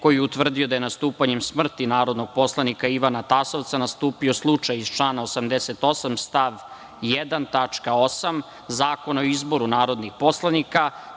koji je utvrdio da je nastupanjem smrti narodnog poslanika Ivana Tasovca nastupio slučaj iz člana 88. stav 1. tačka 8. Zakona o izboru narodnih poslanika,